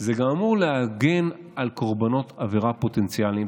זה גם אמור להגן על קורבנות עבירה פוטנציאליים.